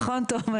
נכון תומר.